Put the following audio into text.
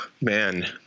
Man